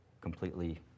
completely